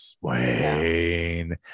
Wayne